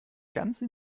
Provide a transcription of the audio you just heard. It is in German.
ganze